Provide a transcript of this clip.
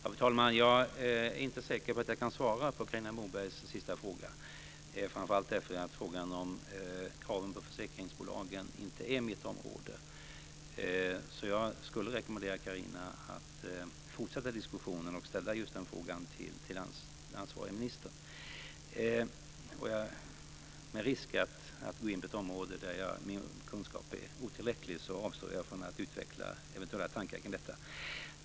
Fru talman! Jag är inte säker på att jag kan svara på Carina Mobergs sista fråga, framför allt därför att frågan om kraven på försäkringsbolagen inte är mitt område. Jag skulle därför vilja rekommendera Carina Moberg att fortsätta diskussionen och ställa just den frågan till den ansvariga ministern. Med risk för att gå in på ett område där mina kunskaper är otillräckliga avstår jag från att utveckla eventuella tankar kring detta.